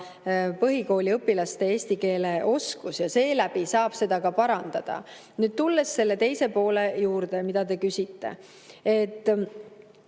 põhikooliõpilaste eesti keele oskus, ja seeläbi saab seda ka parandada. Nüüd, tulles selle teise poole juurde, mida te küsite: